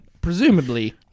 presumably